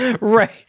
Right